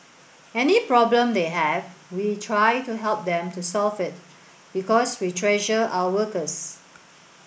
any problem they have we try to help them to solve it because we treasure our workers